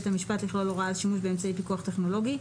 המשפט לכלול הוראה על שימוש באמצעי פיקוח טכנולוגי,